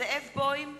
זאב בוים,